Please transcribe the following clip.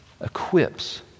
equips